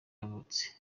yavutse